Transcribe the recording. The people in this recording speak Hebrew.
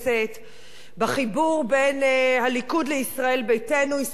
בחיבור בין הליכוד לישראל ביתנו ישראל הלכה לאיבוד.